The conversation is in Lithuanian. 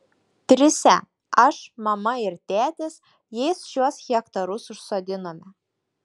trise aš mama ir tėtis jais šiuos hektarus užsodinome